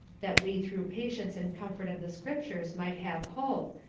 that we through patience and comfort of the scriptures might have hope.